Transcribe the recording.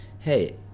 Hey